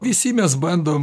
visi mes bandom